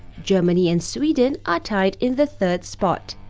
germany and sweden are tied in the third spot.